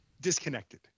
disconnected